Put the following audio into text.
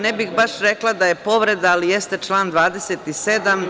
Ne bih baš rekla da je povreda, ali jeste član 27.